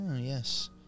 yes